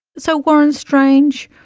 so, warren strange,